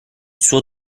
suo